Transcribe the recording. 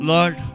Lord